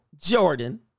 Jordan